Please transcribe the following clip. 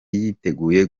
yiteguye